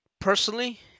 personally